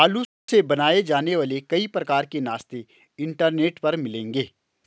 आलू से बनाए जाने वाले कई प्रकार के नाश्ते इंटरनेट पर मिलेंगे